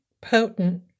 potent